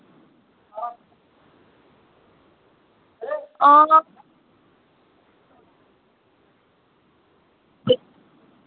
आं